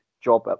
job